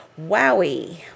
Wowie